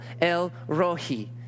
El-Rohi